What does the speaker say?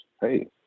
hey